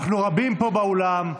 אנחנו רבים פה באולם.